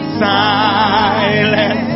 silent